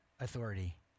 authority